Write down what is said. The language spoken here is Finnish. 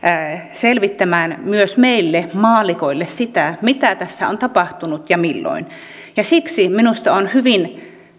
selvittämään myös meille maallikoille sitä mitä tässä on tapahtunut ja milloin siksi minusta on hyvin